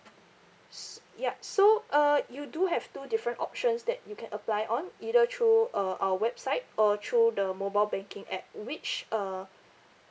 s~ ya so uh you do have two different options that you can apply on either through uh our website or through the mobile banking app which uh